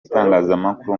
itangazamakuru